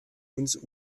uns